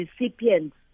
recipients